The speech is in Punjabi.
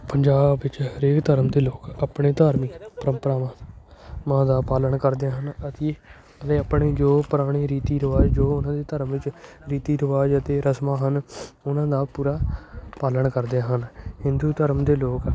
ਪੰਜਾਬ ਵਿੱਚ ਹਰੇਕ ਧਰਮ ਦੇ ਲੋਕ ਆਪਣੇ ਧਾਰਮਿਕ ਪਰੰਪਰਾਵਾਂ ਮਾਂ ਦਾ ਪਾਲਣ ਕਰਦੇ ਹਨ ਅਤੇ ਆਪਣੇ ਜੋ ਪੁਰਾਣੇ ਰੀਤੀ ਰਿਵਾਜ਼ ਜੋ ਉਹਨਾਂ ਦੇ ਧਰਮ ਵਿੱਚ ਰੀਤੀ ਰਿਵਾਜ਼ ਅਤੇ ਰਸਮਾਂ ਹਨ ਉਹਨਾਂ ਦਾ ਪੂਰਾ ਪਾਲਣ ਕਰਦੇ ਹਨ ਹਿੰਦੂ ਧਰਮ ਦੇ ਲੋਕ